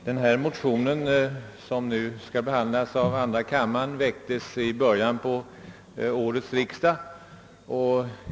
Herr talman! Denna motion, som nu skall behandlas av andra kammaren, väcktes i början på årets riksdag.